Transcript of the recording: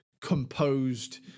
composed